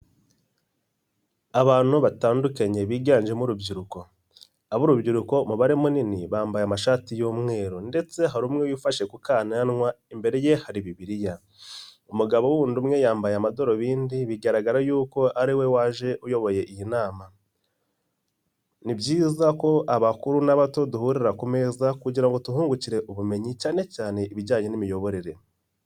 Abantu batandukanye biganjemo urubyiruko, ab'urubyiruko umubare munini bambaye amashati y'umweru ndetse hari umwe wifashe gukananwa, imbere ye hari bibiliya, umugabo wundi umwe yambaye amadarubindi, bigaragara yuko ariwe waje uyoboye iyi nama, ni byiza ko abakuru n'abato duhurira ku meza kugira ngo tuhungukire ubumenyi, cyane cyane ibijyanye n'imiyoborere.